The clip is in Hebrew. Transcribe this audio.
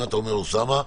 מה אתה אומר, אוסאמה?